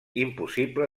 impossible